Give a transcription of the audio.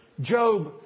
Job